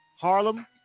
Harlem